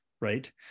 right